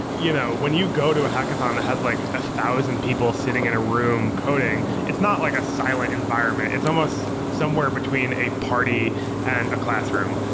you know when you go to a hackathon that has like a thousand people sitting in a room coding, it's not like a silent environment. it's almost somewhere between a party and a classroom.